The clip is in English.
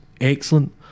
excellent